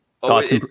thoughts